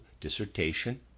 dissertation